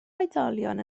oedolion